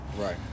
Right